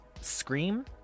scream